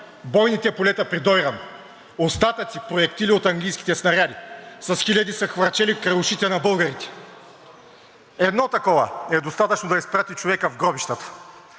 Едно такова е достатъчно, за да изпрати човек в гробищата. (Показва.) Няма значение каква каска сте му дали, няма значение как сте го натренирали. Няма значение дали е подготвен или неподготвен войник. Няма значение дали има